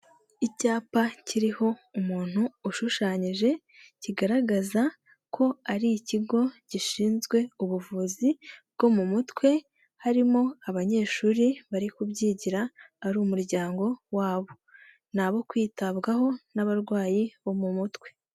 Icyapa kiriho umuntu ushushanyije kigaragaza ko ari ikigo gishinzwe ubuvuzi bwo mu mutwe harimo abanyeshuri bari kubyigira ari umuryango wabo ni abo kwitabwaho n'abarwayi bo mu mutwe.